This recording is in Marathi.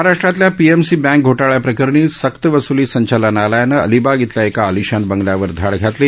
महाराष्ट्रातल्या पीएमसी बँक घोटाळ्याप्रकरणी सक्तवसुली संचालनालयानं अलिबाग इथल्या एका अलिशान बंगल्यांवर धाड टाकली